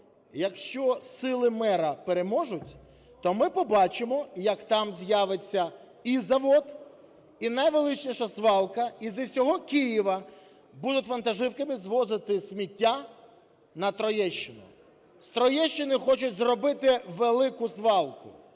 якщо сили мера переможуть, то ми побачимо, як там з'явиться і завод, і найвеличніша свалка, і зі всього Києва будуть вантажівками звозити сміття на Троєщину. З Троєщини хочуть зробити велику свалку.